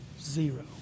Zero